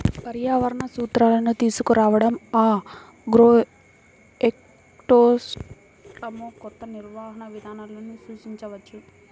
పర్యావరణ సూత్రాలను తీసుకురావడంఆగ్రోఎకోసిస్టమ్లోకొత్త నిర్వహణ విధానాలను సూచించవచ్చు